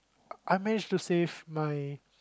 I managed to save my